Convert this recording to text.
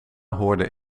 hoorde